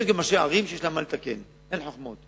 יש גם ראשי ערים שיש להם מה לתקן, אין חוכמות.